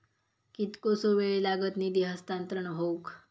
कितकोसो वेळ लागत निधी हस्तांतरण हौक?